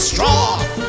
Straw